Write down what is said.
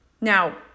Now